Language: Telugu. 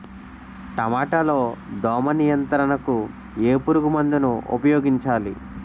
టమాటా లో దోమ నియంత్రణకు ఏ పురుగుమందును ఉపయోగించాలి?